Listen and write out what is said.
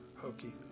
hokey